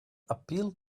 appeal